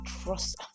trust